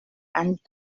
and